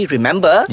Remember